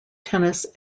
tennis